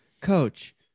Coach